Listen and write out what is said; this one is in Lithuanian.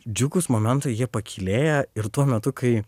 džiugūs momentai jie pakylėja ir tuo metu kai